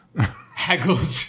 Haggled